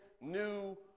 new